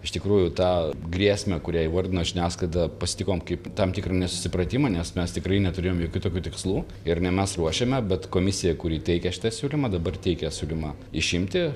iš tikrųjų tą grėsmę kurią įvardino žiniasklaida pasitikom kaip tam tikrą nesusipratimą nes mes tikrai neturėjom jokių tokių tikslų ir ne mes ruošiame bet komisija kuri teikia šitą siūlymą dabar teikia siūlymą išimti